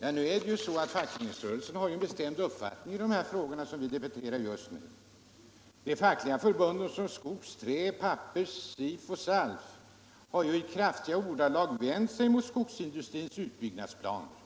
Nu är det så att fackföreningsrörelsen givit uttryck för en bestämd uppfattning i de frågor vi här debatterar. Fackliga förbund som skogs-, träindustrioch pappersindustriarbetareförbunden, SIF och SALF har i kraftiga ordalag vänt sig mot skogsindustrins utbyggnadsplaner.